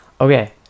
Okay